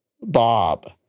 Bob